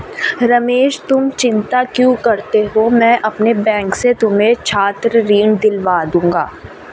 रमेश तुम चिंता क्यों करते हो मैं अपने बैंक से तुम्हें छात्र ऋण दिलवा दूंगा